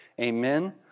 Amen